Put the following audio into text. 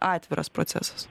atviras procesas